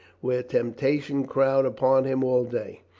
where temptations crowd upon him all day,